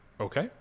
Okay